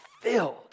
filled